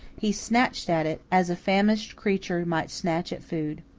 he snatched at it as a famished creature might snatch at food.